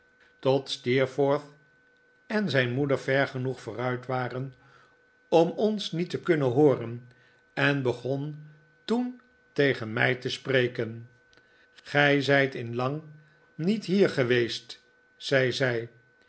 tot steerforth en zijn moeder ver genoeg vooruit waren om ons niet te kunnen hooren en begon toen tegeh mij te spreken gij zij t in lang niet hier geweest zei